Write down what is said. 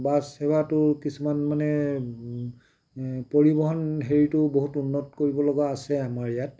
bus সেৱাটো কিছুমান মানে পৰিৱহণ হেৰিটো বহুত উন্নত কৰিব লগা আছে আমাৰ ইয়াত